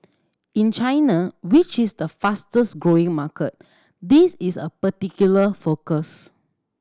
in China which is the fastest growing market this is a particular focus